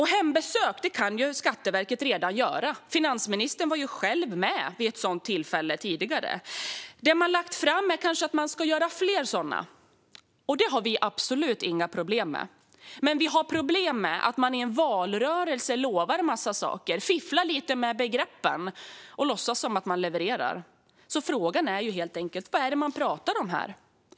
Hembesök kan Skatteverket redan göra. Finansministern var ju själv med på ett sådant. Att man vill göra fler sådana har vi absolut inga problem med. Men vi har problem med att man i en valrörelse lovar en massa saker och sedan fifflar lite med begreppen och låtsas att man levererar. Så vad är det man pratar om?